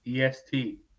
EST